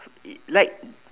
like